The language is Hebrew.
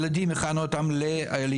ילדים, הכנו אותם לעלייה.